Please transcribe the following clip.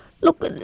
Look